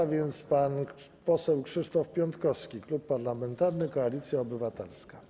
A więc pan poseł Krzysztof Piątkowski, Klub Parlamentarny Koalicja Obywatelska.